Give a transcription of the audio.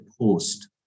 post